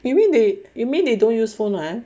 you mean they you mean they don't use phone [one]